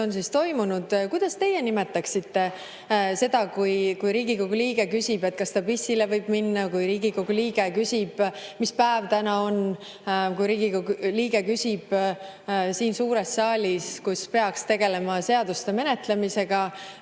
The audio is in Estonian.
on toimunud. Kuidas siis teie nimetaksite seda, kui Riigikogu liige küsib, kas pissile võib minna; kui Riigikogu liige küsib, mis päev täna on; kui Riigikogu liige küsib siin suures saalis, kus peaks tegelema seaduste menetlemisega,